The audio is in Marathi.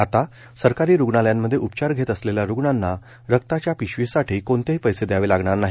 आता सरकारी सरकारी रुग्णालयांमध्ये उपचार घेत असलेल्या रुग्णांना रक्ताच्या पिशवीसाठी कोणतेही पैसे घावे लागणार नाही